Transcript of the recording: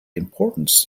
importance